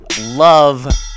Love